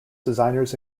designers